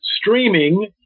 Streaming